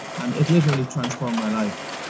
and it literally transformed my life.